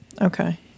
Okay